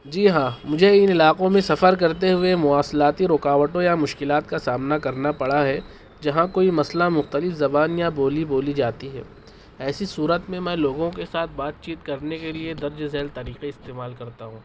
جی ہاں مجھے ان علاقوں میں سفر کرتے ہوئے مواصلاتی روکاٹوں یا مشکلات کا سامنا کرنا پڑا ہے جہاں کوئی مسئلہ مختلف زبان یا بولی بولی جاتی ہے ایسی صورت میں میں لوگوں کے ساتھ بات چیت کرنے کی لیے درج ذیل طریقے استعمال کرتا ہوں